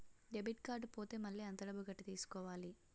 Debit card పోతే మళ్ళీ ఎంత డబ్బు కట్టి తీసుకోవాలి?